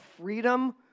freedom